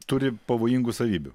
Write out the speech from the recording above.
turi pavojingų savybių